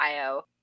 IO